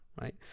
right